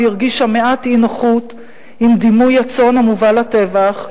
והרגישה מעט אי-נוחות עם דימוי הצאן המובל לטבח,